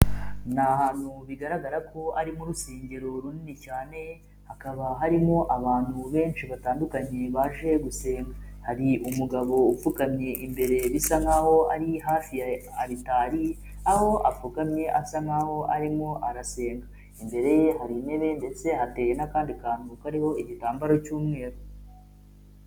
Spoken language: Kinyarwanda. Ni ahantutu bigaragara ko ari mu rusengero runini cyane hakaba harimo abantu benshi batandukanye baje gusenga, hari umugabo upfukamye imbere bisa nkaho ari hafi ya aritari aho apfukamye asa nkaho arimo arasenga, imbere ye hari intebe ndetse hateye n'akandi kantu kariho igitambaro cy'umweru.